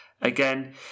again